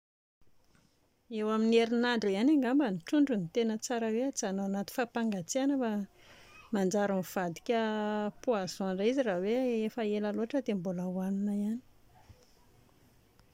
Eo amin'ny herinandro eo ihany angamba ny trondro no tena hoe tsara hatao anaty fapangatsiahana fa manjary mivadika poison indray izy raha hoe efa ela loatra nefa mbola hohanina ihany